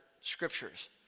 scriptures